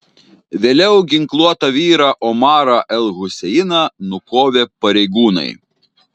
vėliau ginkluotą vyrą omarą el huseiną nukovė pareigūnai